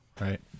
right